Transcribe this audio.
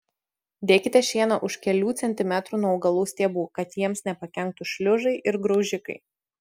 dėkite šieną už kelių centimetrų nuo augalų stiebų kad jiems nepakenktų šliužai ir graužikai